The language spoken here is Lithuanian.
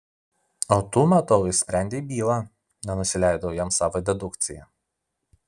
o tu matau išsprendei bylą nenusileidau jam savo dedukcija